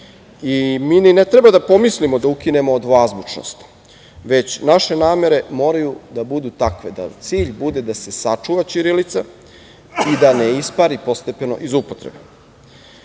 Mi ni ne treba da pomislimo da ukinemo dvoazbučnost, već naše namere moraju da budu takve da cilj bude da se sačuva ćirilica i da ne ispari postepeno iz upotrebe. Uvek